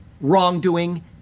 wrongdoing